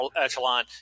echelon